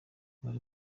buri